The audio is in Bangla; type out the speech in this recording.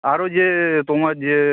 আরও যে তোমার যে